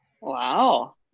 wow